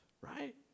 right